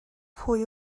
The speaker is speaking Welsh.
pwy